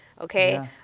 okay